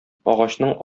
агачның